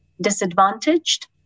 disadvantaged